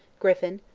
griffin,